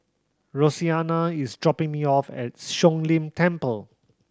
Roseanna is dropping me off at Siong Lim Temple